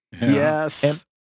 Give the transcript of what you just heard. Yes